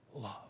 love